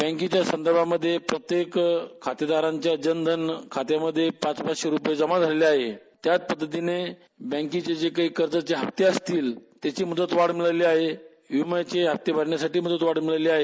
बँकेच्या संदर्भामध्ये प्रत्येक खातेदारांच्या जनधन खात्यामध्ये पाचशे रुपये जमा झाले आहे त्याच पद्धतीने बँकेचे कर्ज असतील त्याची मुद्त वाढ मिळाली आहे विमा भरण्यासाठी मुदतवाढ मिळाली आहे